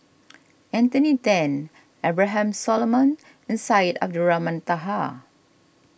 Anthony then Abraham Solomon and Syed Abdulrahman Taha